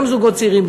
גם זוגות צעירים,